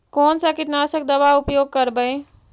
कोन सा कीटनाशक दवा उपयोग करबय?